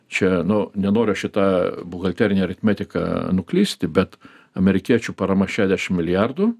čia nu nenoriu šita buhalterine aritmetika nuklysti bet amerikiečių parama šedešimt milijardų